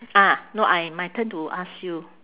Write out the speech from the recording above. ah no I my turn to ask you